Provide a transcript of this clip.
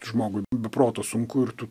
žmogui be proto sunku ir tu